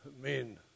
men